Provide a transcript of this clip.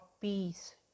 peace